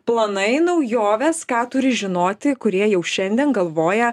planai naujovės ką turi žinoti kurie jau šiandien galvoja